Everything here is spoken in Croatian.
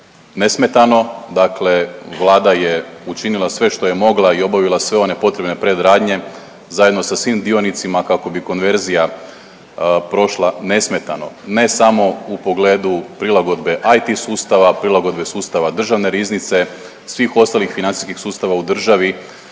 nesmetano dakle Vlada je učinila sve što je mogla i obavila sve one potrebne predradnje zajedno sa svim dionicima kako bi konverzija prošla nesmetano. Ne samo u pogledu prilagodbe IT sustava, prilagodbe sustava Državne riznice, svih ostalih financijskih sustava u državi